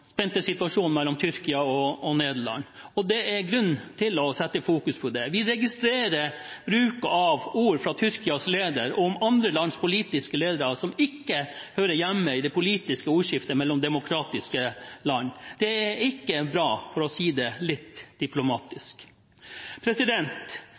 spente situasjonen mellom Tyrkia og Nederland. Det er grunn til å fokusere på det. Vi registrerer bruk av ord fra Tyrkias leder om andre lands politiske ledere som ikke hører hjemme i det politiske ordskiftet mellom demokratiske land. Det er ikke bra, for å si det litt